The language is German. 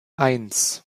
eins